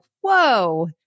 whoa